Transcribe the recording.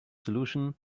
solution